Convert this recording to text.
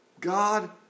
God